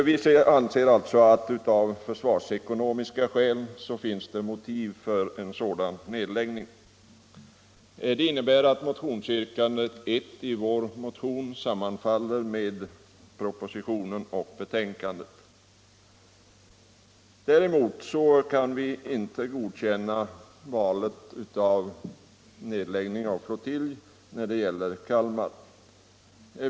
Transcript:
Vi anser alltså att det finns försvarsekonomiska motiv för en sådan nedläggning. Det innebär att motionsyrkandet 1 i vår motion sammanfaller med propositionen och betänkandet. Däremot kan vi inte godkänna valet av flottilj som skall nedläggas såvitt avser Kalmar.